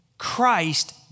Christ